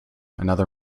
another